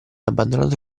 abbandonato